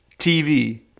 TV